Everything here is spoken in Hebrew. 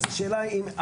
מה